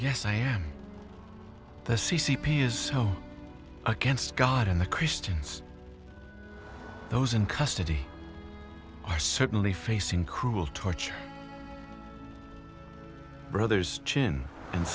yes i am the c c p is against god and the christians those in custody are certainly facing cruel torture brother's chin and